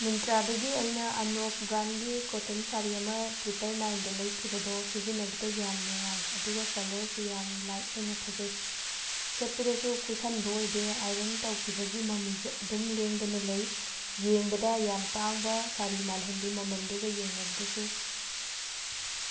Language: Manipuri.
ꯃꯤꯟꯇ꯭ꯔꯥꯗꯒꯤ ꯑꯩꯅ ꯑꯅꯣꯛ ꯕ꯭ꯔꯥꯟꯒꯤ ꯀꯣꯇꯟ ꯁꯥꯔꯤ ꯑꯃ ꯇ꯭ꯔꯤꯄꯜ ꯅꯥꯏꯟꯗ ꯂꯩꯈꯤꯕꯗꯣ ꯁꯤꯖꯤꯟꯅꯕꯗ ꯌꯥꯝ ꯅꯨꯡꯉꯥꯏ ꯑꯗꯨꯒ ꯀꯂꯔꯁꯨ ꯌꯥꯝꯅ ꯂꯥꯏꯠ ꯑꯣꯏꯅ ꯐꯖꯩ ꯁꯦꯠꯄꯗꯁꯨ ꯀꯨꯁꯟꯕ ꯑꯣꯏꯗꯦ ꯑꯥꯏꯔꯟ ꯇꯧꯈꯤꯕꯒꯤ ꯃꯃꯤꯁꯨ ꯑꯗꯨꯝ ꯂꯦꯡꯗꯅ ꯂꯩ ꯌꯦꯡꯕꯗ ꯌꯥꯝꯅ ꯇꯥꯡꯕ ꯁꯥꯔꯤ ꯃꯥꯜꯍꯜꯂꯤ ꯃꯃꯜꯗꯨꯒ ꯌꯦꯡꯅꯕꯗꯁꯨ